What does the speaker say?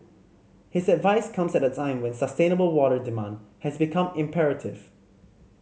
his advice comes at a time when sustainable water demand has become imperative